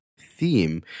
theme